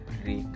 Break